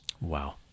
Wow